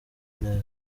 neza